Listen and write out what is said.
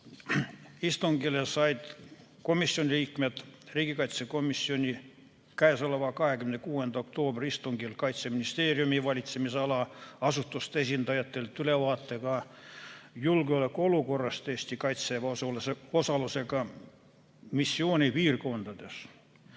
istungile said komisjoni liikmed riigikaitsekomisjoni k.a 26. oktoobri istungil Kaitseministeeriumi valitsemisala asutuste esindajatelt ülevaate ka julgeolekuolukorrast Eesti Kaitseväe osalusega missioonipiirkondades.